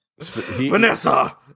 Vanessa